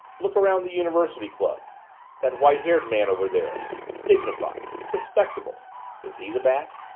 look around the university club that white-haired man over there dignified respectable is he the bat?